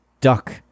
duck